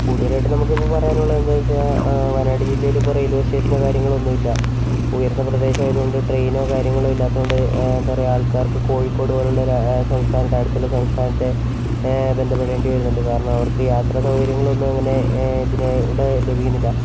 കൂടുതലായിട്ട് നമുക്കിപ്പോൾ പറയാനുള്ളത് എന്താണെന്ന് വെച്ചുകഴിഞ്ഞാൽ വയനാട് ജില്ലയിലിപ്പോൾ റയിൽവേ സ്റ്റേഷനോ കാര്യങ്ങളോ ഒന്നുമില്ല ഉയർന്ന പ്രദേശം ആയതുകൊണ്ട് ട്രെയിനോ കാര്യങ്ങളോ ഇല്ലാത്തോണ്ട് എന്താ പറയാ ആൾക്കാർക്ക് കോഴിക്കോട് പോലുള്ള ഒരു അ സംസ്ഥാനത്ത് അടുത്തുള്ള സംസ്ഥാനത്തെ ബന്ധപ്പെടേണ്ടി വരുന്നുണ്ട് കാരണം അവർക്ക് യാത്രാസൗകര്യങ്ങളൊന്നും അങ്ങനെ ഇതിന് ഇവിടെ ലഭിക്കുന്നില്ല